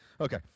Okay